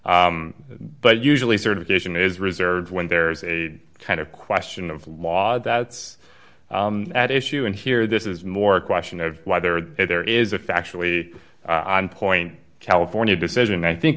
but usually certification is reserved when there's a kind of question of law that's at issue and here this is more a question of whether there is a factually on point california decision i think